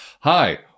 Hi